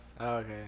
okay